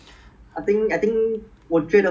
so means 你 Chua-Chu-Kang 做 nine seven five ah